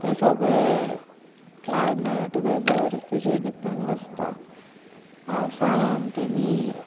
ते सगळे climate weather तेजेर डिपेंड आसता पावसाळ्यान तेमी